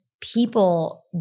people